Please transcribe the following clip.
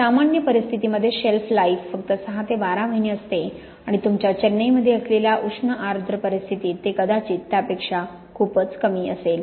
सामान्य परिस्थितींमध्ये shelf life फक्त 6 ते 12 महिने असते आणि तुमच्या चेन्नईमध्ये असलेल्या उष्ण आर्द्र परिस्थितीत ते कदाचित त्यापेक्षा खूपच कमी असेल